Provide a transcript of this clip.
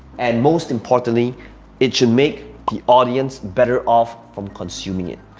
and most importantly it should make the audience better off from consuming it.